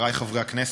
חברי חברי הכנסת,